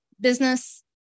business